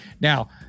Now